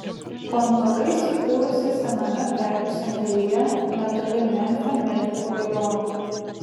kontora įsikūrusi sename prekių sandėlyje netoli memfio medikų rajono